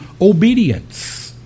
obedience